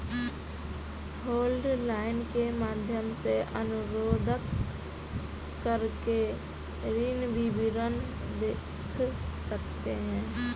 hotline के माध्यम से अनुरोध करके ऋण विवरण देख सकते है